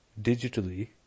digitally